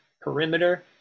perimeter